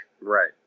Right